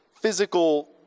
physical